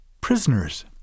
Prisoners